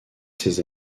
ses